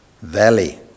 valley